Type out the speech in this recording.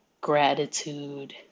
gratitude